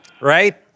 right